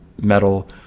metal